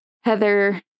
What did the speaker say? heather